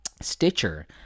stitcher